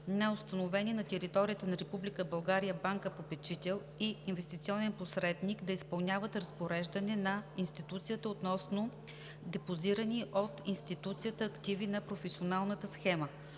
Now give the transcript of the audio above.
на Република България банка-попечител и инвестиционен посредник да изпълняват разпореждане на институцията относно депозирани от институцията активи на професионалната схема.